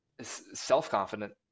self-confident